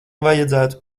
vajadzētu